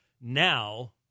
Now